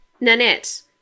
nanette